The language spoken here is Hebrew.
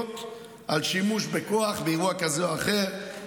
על שימוש בכוח באירוע כזה או אחר,